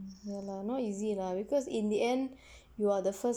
ya lah not easy lah because in the end you are the first